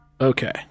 Okay